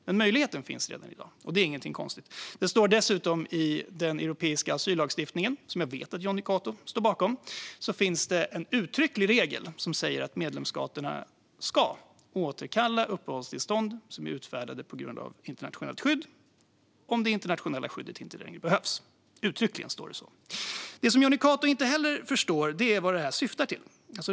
Men möjligheten finns alltså redan i dag. Det är inget konstigt. I den europeiska asyllagstiftningen, som jag vet att Jonny Cato står bakom, finns också en uttrycklig regel som säger att medlemsstaterna ska återkalla uppehållstillstånd som är utfärdade på grund av internationellt skydd om det internationella skyddet inte längre behövs. Det står uttryckligen så. Det som Jonny Cato inte heller förstår är vad detta syftar till.